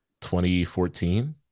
2014